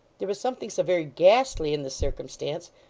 there was something so very ghastly in this circumstance,